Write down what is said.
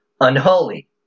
unholy